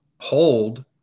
hold